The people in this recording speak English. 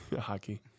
Hockey